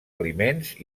aliments